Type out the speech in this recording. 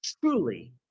truly